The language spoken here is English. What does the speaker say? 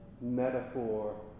metaphor